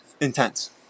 intense